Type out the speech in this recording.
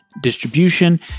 distribution